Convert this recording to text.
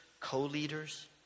co-leaders